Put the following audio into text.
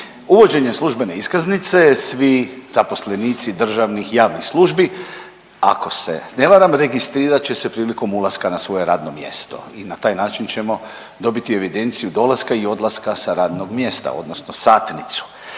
Uvođenjem službene iskaznice svi zaposlenici državnih i javnih službi, ako se ne varam, registrirat će se prilikom ulaska na svoje radno mjesto i na taj način ćemo dobiti evidenciju dolaska i odlaska sa radnog mjesta odnosno satnicu.